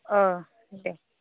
औ दे